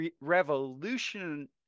revolution